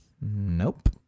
nope